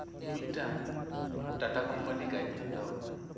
ᱤᱧ ᱢᱤᱫᱴᱟᱝ ᱴᱟᱴᱟ ᱠᱳᱢᱯᱟᱱᱤᱭᱟᱜ ᱜᱟᱹᱭᱛᱤᱧ ᱦᱟᱛᱟᱣ ᱟᱠᱟᱫᱟ